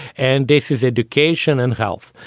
and this is education and health.